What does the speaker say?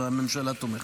אז הממשלה תומכת.